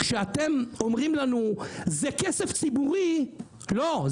כשאתם אומרים לנו: זה כסף ציבורי לא.